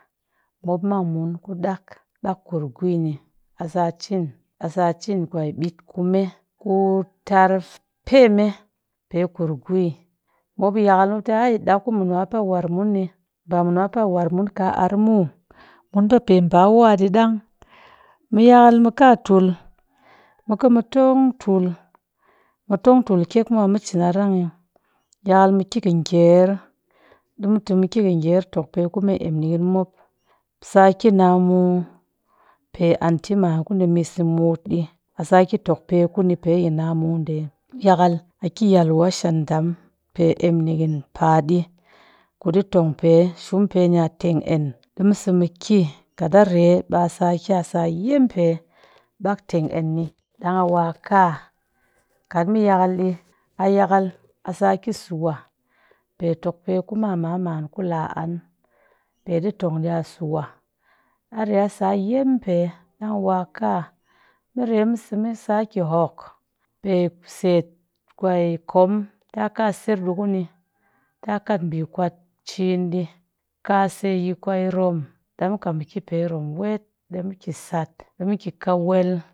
Mop mang mun ku ɗak, ɗak kurgwi ni a sa cin, a sa cinn kwe ɓit kume ku tar peme pe kurgwi mop yakal mop tɨ hai mop ku mɨnwa war mun ni ba mɨnwa pa war mun ka arr mu, mun pa pe ba wa ɗi ɗang mu yakal mu ka tul mɨ ka m tong tul mɨ tong tul kyek mwa mu cin a rang yi. Yakal mɨ taa mɨ ki kanger mɨ ki kanger ti mɨ tokpe ku me emnikinmu mop. Sa ki namu pe anti man ku dɨ nimis ni mut di a sa ki tokpe kuni pe yi namu ɗe. Yakal a ki yalwa shandam pe emnikin pa ɗi ku ɗi tong pe, shum pe nya tengen, ɗimɨ sa mɨ ki, kat a rye mba sa ki mba sa yem pe mbak tengen ni ɗang a wa ka. Kat mɨ wa yakal ɗi a yakal a saki suwa pe tokpe ku mam man ku la an pe ɗi tong ɗya suwa a rye a yem pe ɗang wa ka mɨ rye mɨsa mɨ sa ki hok pe set kwe kom ta ka ser ɗi kuni ta kat ɓi kwat çɨn ɗi. ka se yi rom, ɗi mɨ ka ki pe yi rom di mɨ sat, di mɨ ki kawel.